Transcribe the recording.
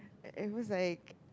and was like